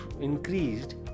increased